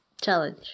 challenge